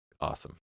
Awesome